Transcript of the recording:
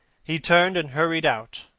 he turned and hurried out,